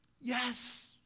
Yes